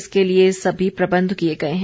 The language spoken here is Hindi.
इसके लिए सभी प्रबंध किए गए हैं